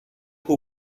who